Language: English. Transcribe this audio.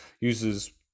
uses